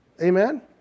Amen